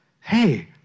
hey